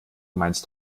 meinst